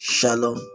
Shalom